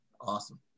Awesome